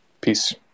peace